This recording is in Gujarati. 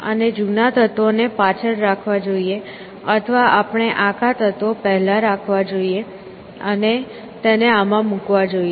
અને જૂના તત્વોને પાછળ રાખવા જોઈએ અથવા આપણે આખા તત્વો પહેલા રાખવા જોઈએ અને તેને આમાં મૂકવા જોઈએ